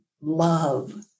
love